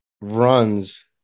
runs